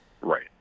right